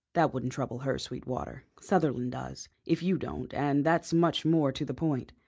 that won't trouble her, sweetwater. sutherland does, if you don't, and that's much more to the point.